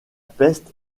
peste